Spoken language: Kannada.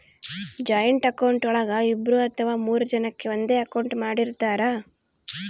ಜಾಯಿಂಟ್ ಅಕೌಂಟ್ ಒಳಗ ಇಬ್ರು ಅಥವಾ ಮೂರು ಜನಕೆ ಒಂದೇ ಅಕೌಂಟ್ ಮಾಡಿರ್ತರಾ